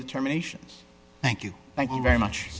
terminations thank you thank you very much